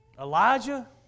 Elijah